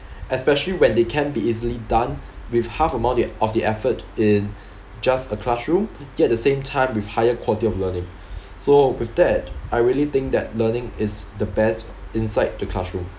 especially when they can be easily done with half amount th~ of the effort in just a classroom yet the same time with higher quality of learning so with that I really think that learning is the best inside the classroom